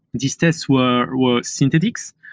these tests were were synthetics.